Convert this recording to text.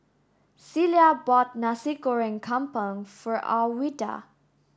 Celia bought Nasi Goreng Kampung for Alwilda